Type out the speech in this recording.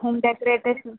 home decorations